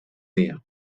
dia